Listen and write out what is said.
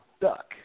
duck